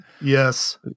Yes